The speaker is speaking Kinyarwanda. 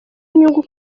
inyungu